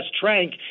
Trank